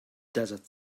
desert